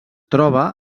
troba